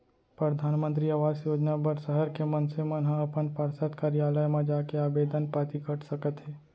परधानमंतरी आवास योजना बर सहर के मनसे मन ह अपन पार्षद कारयालय म जाके आबेदन पाती कर सकत हे